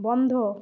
বন্ধ